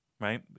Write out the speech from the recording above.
right